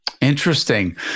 interesting